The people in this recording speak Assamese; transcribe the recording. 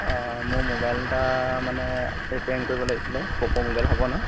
অঁ মোৰ মোবাইল এটা মানে ৰিপেয়াৰিং কৰিব লাগিছিলে পক' মোবাইল হ'ব নহয়